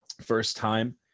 First-time